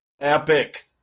Epic